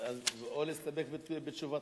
או להסתפק בתשובתך.